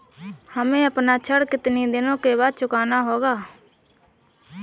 हमें अपना ऋण कितनी दिनों में चुकाना होगा?